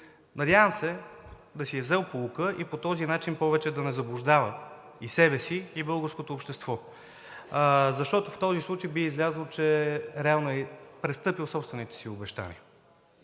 Надявам се да си е взел поука и по този начин повече да не заблуждава и себе си, и българското общество, защото в този случай би излязло, че реално е престъпил собствените си обещания.